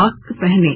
mask पहनें